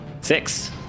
Six